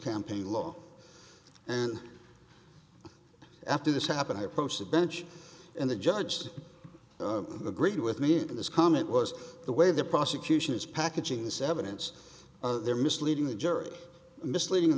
campaign law and after this happened i approached the bench and the judge agreed with me that his comment was the way the prosecution is packaging this evidence they're misleading the jury misleading in